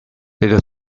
little